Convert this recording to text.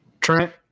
Trent